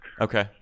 Okay